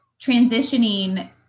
transitioning